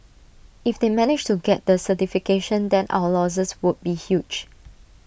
if they managed to get the certification then our losses would be huge